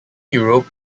europe